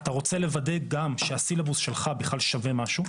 אתה רוצה לוודא גם שהסילבוס שלך בכלל שווה משהו,